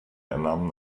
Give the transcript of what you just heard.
einnahmen